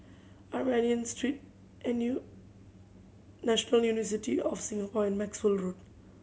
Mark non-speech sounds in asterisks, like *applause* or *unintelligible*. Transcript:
Armenian Street *unintelligible* National University of Singapore and Maxwell Road